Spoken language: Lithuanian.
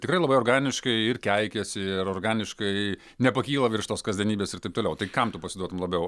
tikrai labai organiškai ir keikiasi ir organiškai nepakyla virš tos kasdienybės ir taip toliau tai kam tu pasiduotum labiau